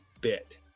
bit